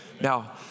Now